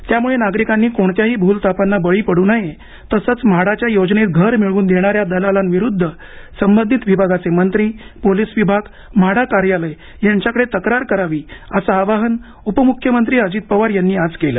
त्यामुळे नागरिकांनी कोणत्याही भूलथापांना वळी पडू नये तसंच म्हाडाच्या योजनेत घर मिळवून देणाऱ्या दलालांविरुध्द संबंधित विभागाचे मंत्री पोलीस विभाग म्हाडा कार्यालय यांच्याकडे तक्रार करावी असं आवाहन उपम्ख्यमंत्री अजित पवार यांनी आज केलं